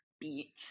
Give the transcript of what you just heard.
beat